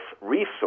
resource